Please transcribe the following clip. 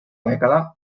dècada